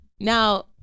Now